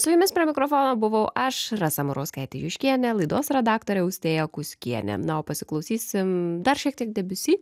su jumis prie mikrofono buvau aš rasa murauskaitė juškienė laidos redaktorė austėja kuskienė na o pasiklausysim dar šiek tiek debiusi